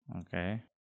Okay